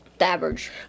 average